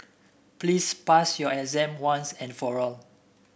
please pass your exam once and for all